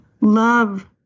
love